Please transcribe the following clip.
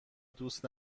دوست